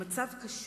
המצב קשה,